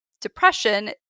depression